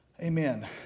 Amen